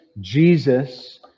Jesus